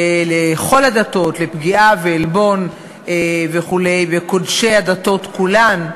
לכל הדתות, לפגיעה ועלבון וכו' בקודשי הדתות כולן,